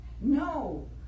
no